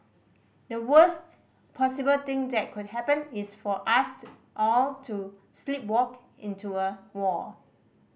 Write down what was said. the worsts possible thing that could happen is for us all to sleepwalk into a war